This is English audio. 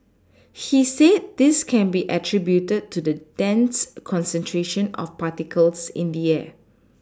he said this can be attributed to the dense concentration of particles in the air